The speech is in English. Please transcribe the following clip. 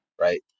Right